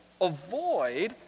avoid